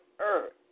earth